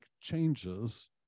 changes